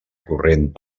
corrent